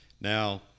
Now